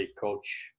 coach